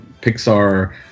Pixar